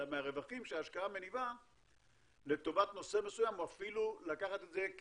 אלא מהרווחים שההשקעה מניבה לטובת נושא מסוים או אפילו לקחת את זה,